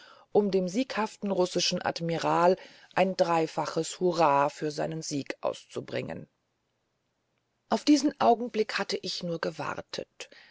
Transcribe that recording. um dem sieghaften russischen admiral ein dreifaches hurra für seinen sieg auszubringen auf diesen augenblick hatte ich nur gewartet